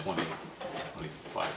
twenty five